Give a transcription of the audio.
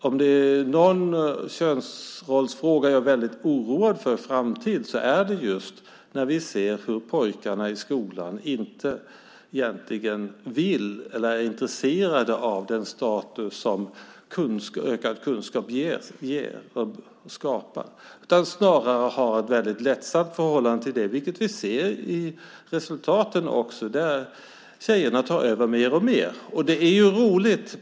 Om det är någon könsrollsfråga som jag är väldigt oroad för inför framtiden så är det just detta med att vi ser att pojkarna i skolan egentligen inte är intresserade av den status som ökad kunskap ger, skapar. Snarare har de ett väldigt lättsamt förhållande till det, vilket vi också ser i resultaten. Tjejerna tar över mer och mer. Det är roligt.